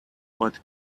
what